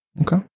Okay